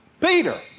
Peter